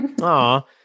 Aw